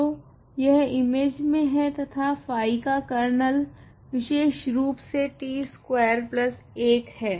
तो यह इमेज में है तथा फाई का कर्नल विशेषरूप से t स्कवेर 1 हैं